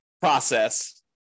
process